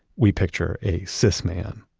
we picture a cis man.